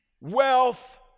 wealth